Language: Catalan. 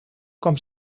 com